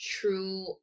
true